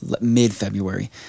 mid-February